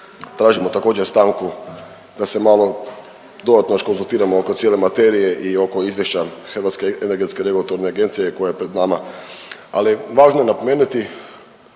tražimo također stanku da se malo dodatno još konzultiramo oko cijele materije i oko izvješća HERA-e koja je pred nama. Ali važno je napomenuti,